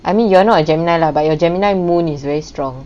I mean you are not a gemini lah but your gemini moon is very strong